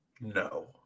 No